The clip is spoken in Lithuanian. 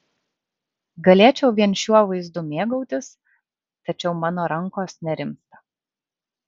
galėčiau vien šiuo vaizdu mėgautis tačiau mano rankos nerimsta